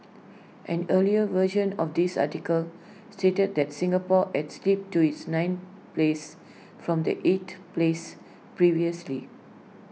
an earlier version of this article stated that Singapore has slipped to its ninth place from the eighth place previously